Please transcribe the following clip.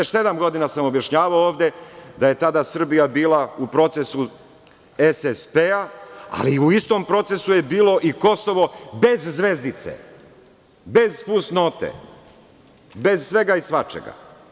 Pre sedam godina sam objašnjavao ovde da je tada Srbija bila u procesu SSP-a, ali u istom procesu je bilo i Kosovo bez zvezdice, bez fusnote, bez svega i svačega.